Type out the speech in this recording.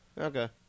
Okay